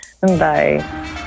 Bye